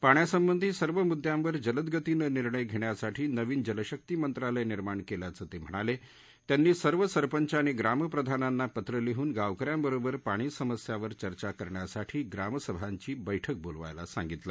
पाण्यासंबधी सर्व मुद्यांवर जलदगतीन विर्णय घर्खासाठी नवीन जलशक्ती मंत्रालय निर्माण कल्याचं त म्हिणाल तियांनी सर्व सरपंच आणि ग्रामप्रधानाना पत्र लिहून गावक यांबरोबर पाणी समस्यावर चर्चा करण्यासाठी ग्रामसभांची बैठक बोलवायला सांगितलं